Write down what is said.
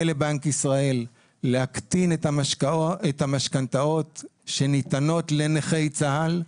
לבנק ישראל להקטין את המשכנתאות שניתנות לנכי צה"ל,